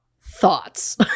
thoughts